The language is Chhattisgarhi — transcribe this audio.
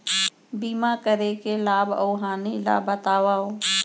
बीमा करे के लाभ अऊ हानि ला बतावव